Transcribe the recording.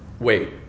wait